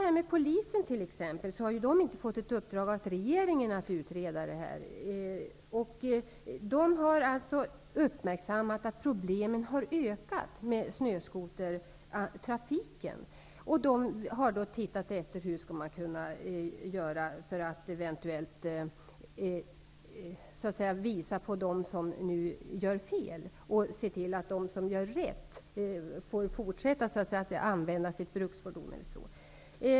Polisen har inte fått i uppdrag av regeringen att utreda frågan. Polisen har uppmärksammat att problemen med snöskotertrafiken har ökat, och har därför undersökt hur man skall kunna göra för att nå dem som gör fel och se till att de som gör rätt får fortsätta att använda sitt bruksfordon.